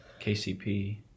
KCP